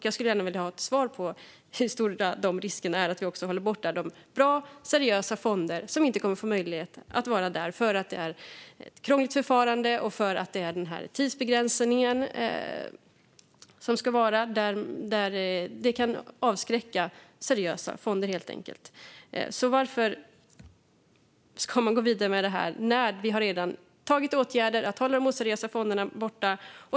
Jag skulle gärna vilja ha ett svar på hur stor risken är att vi också håller borta bra och seriösa fonder som inte kommer att få möjlighet att vara där för att det är ett krångligt förfarande och för att det är en tidsbegränsning. Det kan avskräcka seriösa fonder helt enkelt. Så varför ska man gå vidare med detta när vi redan har vidtagit åtgärder för att hålla de oseriösa fonderna borta?